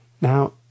Now